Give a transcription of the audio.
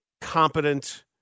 competent